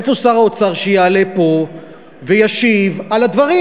איפה שר האוצר שיעלה פה וישיב על הדברים?